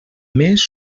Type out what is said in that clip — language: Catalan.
més